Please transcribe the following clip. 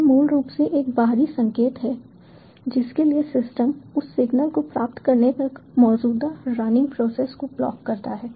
ये मूल रूप से एक बाहरी संकेत हैं जिसके लिए सिस्टम उस सिग्नल को प्राप्त करने तक मौजूदा रनिंग प्रोसेस को ब्लॉक करता है